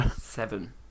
Seven